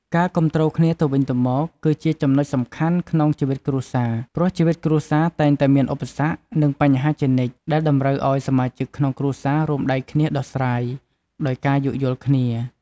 ការគាំទ្រគ្នាទៅវិញទៅមក គឺជាចំណុចសំខាន់ក្នុងជីវិតគ្រួសារ ព្រោះជីវិតគ្រួសារតែងតែមានឧបសគ្គ និងបញ្ហាជានិច្ច ដែលតម្រូវឱ្យសមាជិកក្នុងគ្រួសាររួមដៃគ្នាដោះស្រាយ ដោយការយោគយល់គ្នា។